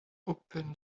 open